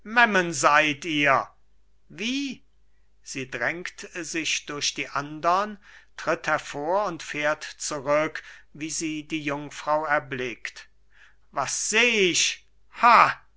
seid ihr wie sie drängt sich durch die andern tritt hervor und fährt zurück weil sie die jungfrau erblickt was seh ich ha